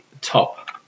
top